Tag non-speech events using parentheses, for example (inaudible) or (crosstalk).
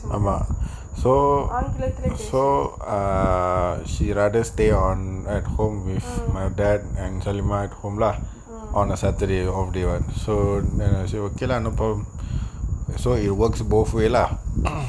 ஆமா:aama so so err she rather stay on at home with my dad and seliman at home lah on a saturday off day what so she okay lah no problem so it works both way lah (noise)